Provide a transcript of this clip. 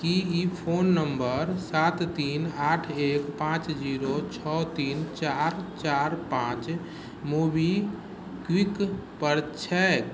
की ई phone number सात तीन आठ एक पांच जीरो छओ तीन चारि चारि पांच मोबीक्विक पर छैक